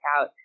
out